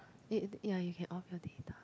eh ya you can off your data